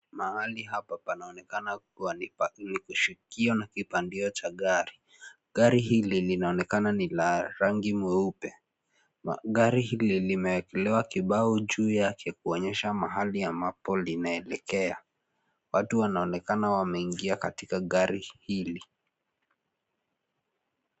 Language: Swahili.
Mahali hapa panaonekana kua ni pa kishukio na kipandio cha gari. Gari hili linaonekana ni la rangi mweupe. Gari hili limeekelewa kibao juu yake kuonyesha mahali ambapo linaelekea. Watu wanaonekana wameingia katika gari hili.